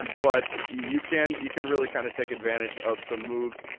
um but you can you can really kind of take advantage of some moves,